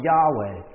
Yahweh